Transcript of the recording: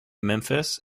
memphis